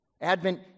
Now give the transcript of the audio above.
Advent